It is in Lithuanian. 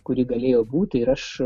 kuri galėjo būti ir aš